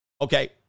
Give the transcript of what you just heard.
Okay